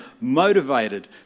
motivated